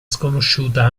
sconosciuta